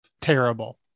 terrible